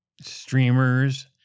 streamers